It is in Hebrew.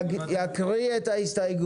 אוסאמה סעדי יקריא את ההסתייגות.